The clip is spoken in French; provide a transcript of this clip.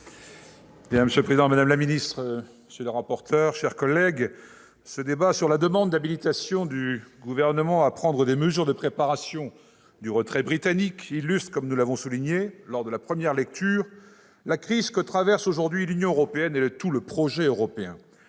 Monsieur le président, madame la ministre, monsieur le rapporteur, mes chers collègues, ce débat sur la demande d'habilitation du Gouvernement à prendre des mesures de préparation au retrait britannique illustre, comme nous l'avons souligné lors de la première lecture, la crise que traversent aujourd'hui l'Union européenne et le projet européen